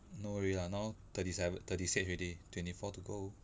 no worry lah now thirty seven thirty six already twenty four to go